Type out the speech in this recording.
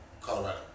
Colorado